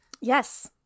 Yes